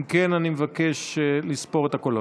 אם כן, אני מבקש לספור את הקולות.